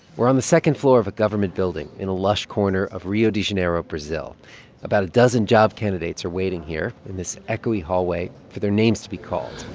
we're on the second floor of a government building in a lush corner of rio de janeiro, brazil about a dozen job candidates are waiting here, in this echoey hallway, for their names to be called